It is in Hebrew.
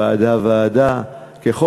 ועדה, ועדה.